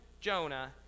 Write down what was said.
Jonah